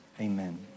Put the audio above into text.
Amen